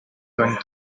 going